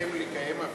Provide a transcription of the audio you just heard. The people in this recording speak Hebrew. עליכם לקיים הפגנות.